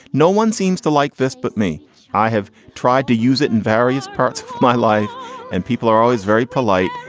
no one seems to like this but me i have tried to use it in various parts of my life and people are always very polite.